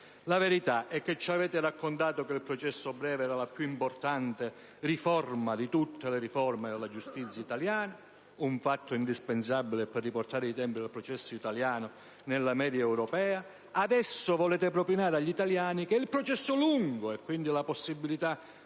La verità è che ci avete raccontato che il processo breve era la più importante riforma di tutte le riforme della giustizia italiana, un fatto indispensabile per riportare i tempi del processo italiano nella media europea. Adesso volete propinare agli italiani che il processo lungo, e quindi la possibilità